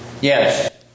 Yes